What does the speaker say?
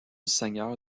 seigneur